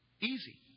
Easy